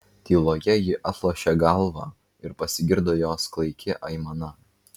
tyloje ji atlošė galvą ir pasigirdo jos klaiki aimana